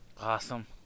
Awesome